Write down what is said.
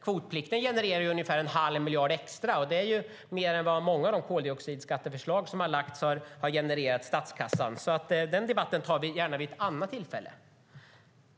Kvotplikten genererar nämligen ungefär en halv miljard extra, och det är mer än vad många av de koldioxidskattsförslag som har lagts fram har genererat till statskassan. Den debatten tar vi alltså gärna vid ett annat tillfälle.